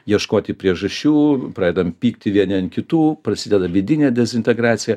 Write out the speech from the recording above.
ieškoti priežasčių pradedam pykti vieni ant kitų prasideda vidinė dezintegracija